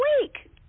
week